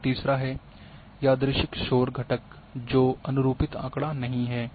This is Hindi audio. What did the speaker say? और तीसरा एक यादृच्छिक शोर घटक है जो अनुरूपित आंकड़ा नहीं है